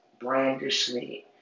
brandishly